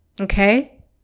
Okay